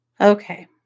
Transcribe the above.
Okay